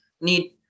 need